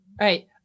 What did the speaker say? right